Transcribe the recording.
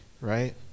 right